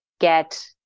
get